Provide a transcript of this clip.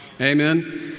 Amen